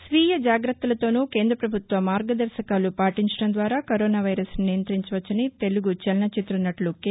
స్వీయ జాగ్రత్తలతోనూ కేంద్ర ప్రభుత్వ మార్గదర్శకాలు పాటించడం ద్వారా కరోనా వైరస్ను నియంతించవచ్చని తెలుగు చలనచిత్ర నటులు కె